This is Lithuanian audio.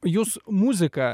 jūs muziką